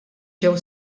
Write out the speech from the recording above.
ġew